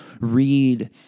read